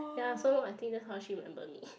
then I saw I think that's how she remember me